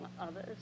others